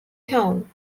town